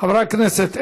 חברי הכנסת,